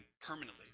permanently